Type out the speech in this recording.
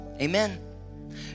Amen